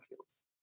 fields